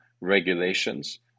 regulations